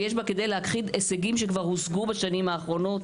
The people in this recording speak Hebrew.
ויש בה כדי להכחיד הישגים שכבר הושגו בשנים האחרונות,